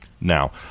Now